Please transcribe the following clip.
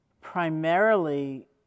primarily